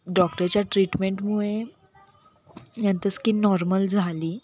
डॉक्टरच्या ट्रीटमेंटमुळे यानंतर स्किन नॉर्मल झाली